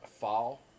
fall